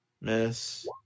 Miss